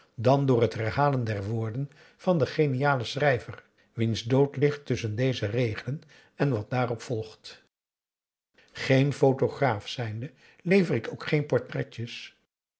dan door het herhalen der woorden van den genialen schrijver wiens dood ligt tusschen deze regelen en wat daarop volgt geen photograaf zijnde lever ik ook geen portretjes